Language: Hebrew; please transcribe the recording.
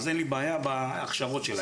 אז אין לי בעיה בהכשרות שלהם.